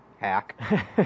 hack